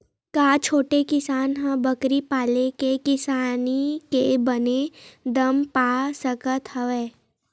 का छोटे किसान ह बकरी पाल के किसानी के बने दाम पा सकत हवय?